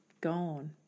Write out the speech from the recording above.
Gone